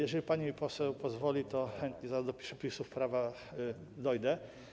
Jeżeli pani poseł pozwoli, to chętnie do przepisów prawa dojdę.